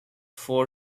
four